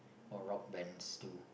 or rock bands too